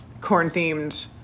corn-themed